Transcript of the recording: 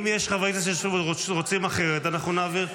אם יש חברי כנסת שרוצים אחרת אנחנו נעביר.